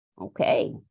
okay